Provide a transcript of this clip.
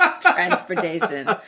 transportation